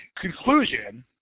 conclusion